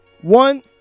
one